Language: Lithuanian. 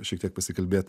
šiek tiek pasikalbėt